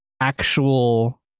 actual